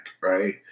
right